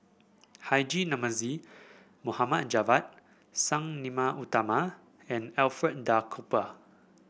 Haji Namazie Mohd Javad Sang Nila Utama and Alfred Duff Cooper